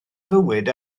fywyd